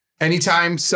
anytime